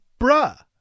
Bruh